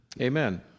Amen